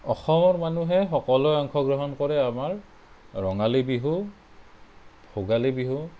অসমৰ মানুহে সকলোৱে অংশগ্ৰহণ কৰে আমাৰ ৰঙালী বিহু ভোগালী বিহু